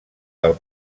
del